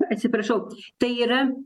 atsiprašau tai yra